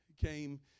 came